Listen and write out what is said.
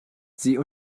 sie